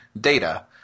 data